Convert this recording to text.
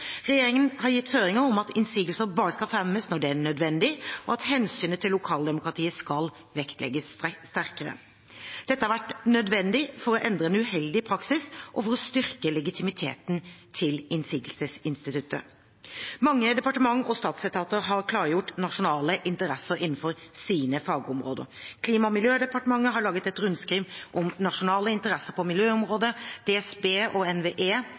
Regjeringen har gitt føringer om at innsigelser bare skal fremmes når det er nødvendig, og at hensynet til lokaldemokratiet skal vektlegges sterkere. Dette har vært nødvendig for å endre en uheldig praksis og for å styrke legitimiteten til innsigelsesinstituttet. Mange departement og statsetater har klargjort nasjonale interesser innenfor sine fagområder. Klima- og miljødepartementet har laget et rundskriv om nasjonale interesser på miljøområdet. DSB og NVE